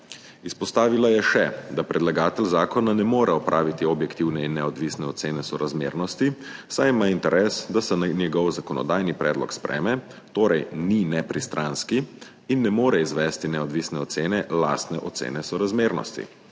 Izpostavila je še, da predlagatelj zakona ne more opraviti objektivne in neodvisne ocene sorazmernosti, saj ima interes, da se njegov zakonodajni predlog sprejme, torej ni nepristranski in ne more izvesti neodvisne ocene lastne ocene sorazmernosti.